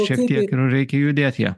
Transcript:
šiek tiek ir reikia judėt ja